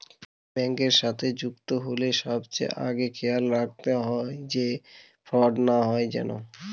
ব্যাঙ্কের সাথে যুক্ত হইলে সবচেয়ে আগে খেয়াল রাখবে যাতে ফ্রড না হয়